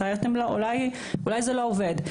אולי זה לא עובד.